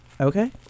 Okay